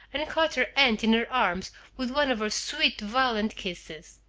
and caught her aunt in her arms with one of her sweet, violent kisses.